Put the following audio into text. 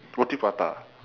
roti prata